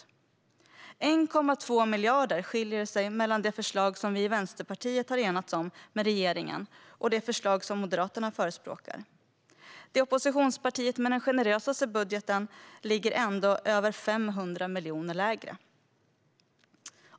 Det skiljer 1,2 miljarder mellan det förslag som vi i Vänsterpartiet har enats om med regeringen och det förslag som Moderaterna förespråkar. Det oppositionsparti som har den generösaste budgeten ligger över 500 miljoner lägre.